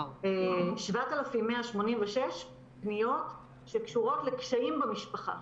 7,186 פניות שקשורות לקשיים במשפחה.